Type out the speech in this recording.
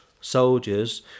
soldiers